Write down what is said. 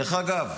דרך אגב,